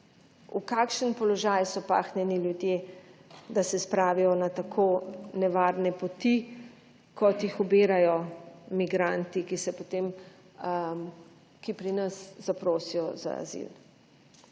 v kakšen položaj so pahnjeni ljudje, da se spravijo na tako nevarne poti kot jih ubirajo migranti, ki se potem, ki pri nas zaprosijo za azil.